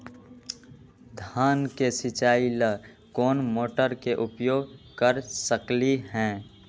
धान के सिचाई ला कोंन मोटर के उपयोग कर सकली ह?